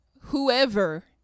whoever